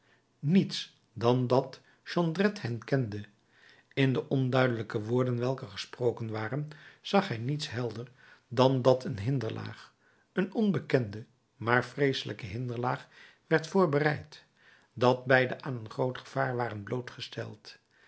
niets dan dat jondrette hen kende in de onduidelijke woorden welke gesproken waren zag hij niets helder dan dat een hinderlaag een onbekende maar vreeselijke hinderlaag werd voorbereid dat beide aan een groot gevaar waren blootgesteld